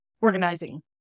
Organizing